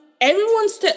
Everyone's